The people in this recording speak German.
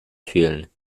fühlen